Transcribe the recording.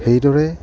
সেইদৰে